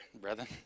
brethren